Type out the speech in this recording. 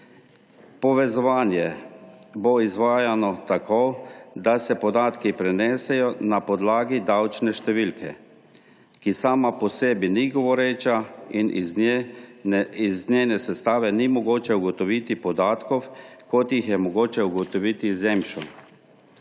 Povezovanje bo izvajano tako, da se podatki prenesejo na podlagi davčne številke, ki sama po sebi ni govoreča in iz njene sestave ni mogoče ugotoviti podatkov, kot jih je mogoče ugotoviti iz EMŠO.